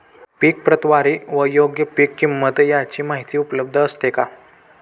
पीक प्रतवारी व योग्य पीक किंमत यांची माहिती उपलब्ध असते का?